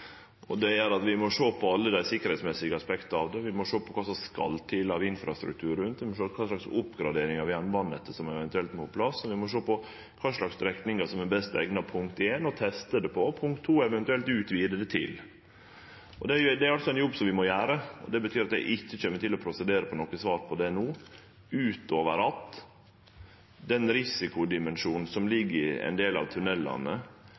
Det gjer at vi må sjå på alle dei sikkerheitsmessige aspekta av det, på kva som skal til av infrastruktur rundt, og på kva for oppgradering av jernbanenettet som eventuelt må på plass. Vi må for det første sjå på kva for strekningar som er best eigna til å teste det på – og for det andre eventuelt å utvide det til. Det er ein jobb vi må gjere, og det betyr at eg ikkje kjem til å prosedere noko svar på det no utover at den risikodimensjonen som ligg i ein del av tunellane